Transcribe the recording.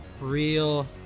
Real